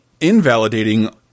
invalidating